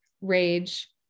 rage